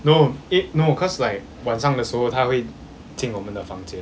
no eight no cause like 晚上的时候它会进我们的房间